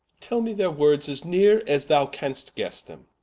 tell me their words, as neere as thou canst guesse them.